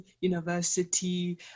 university